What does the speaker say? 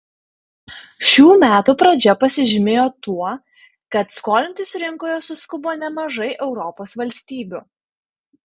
šių metų pradžia pasižymėjo tuo kad skolintis rinkoje suskubo nemažai europos valstybių